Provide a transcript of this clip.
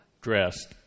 dressed